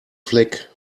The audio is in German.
fleck